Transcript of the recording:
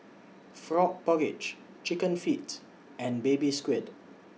Frog Porridge Chicken Feet and Baby Squid